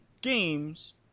games